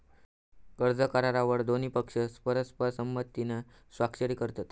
कर्ज करारावर दोन्ही पक्ष परस्पर संमतीन स्वाक्षरी करतत